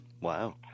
Wow